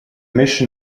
mission